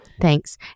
Thanks